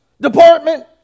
department